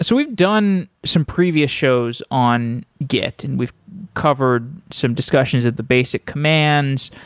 so we've done some previous shows on git and we've covered some discussions at the basic commands.